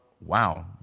wow